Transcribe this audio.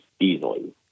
easily